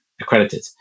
accredited